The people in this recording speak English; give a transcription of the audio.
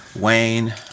Wayne